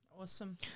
Awesome